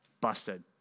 Busted